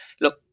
look